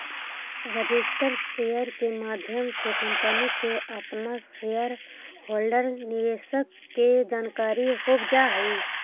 registered share के माध्यम से कंपनी के अपना शेयर होल्डर निवेशक के जानकारी हो जा हई